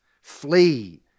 Flee